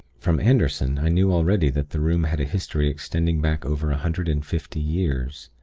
from anderson, i knew already that the room had a history extending back over a hundred and fifty years.